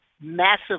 massive